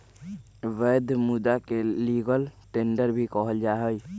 वैध मुदा के लीगल टेंडर भी कहल जाहई